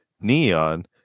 Neon